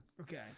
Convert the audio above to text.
Okay